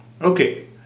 Okay